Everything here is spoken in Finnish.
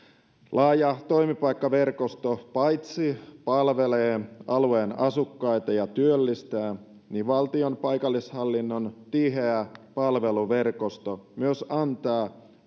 laaja toimipaikkaverkosto palvelee alueen asukkaita ja työllistää niin valtion paikallishallinnon tiheä palveluverkosto myös antaa